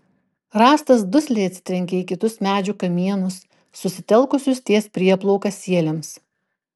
rąstas dusliai atsitrenkė į kitus medžių kamienus susitelkusius ties prieplauka sieliams